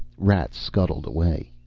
rats scuttled away.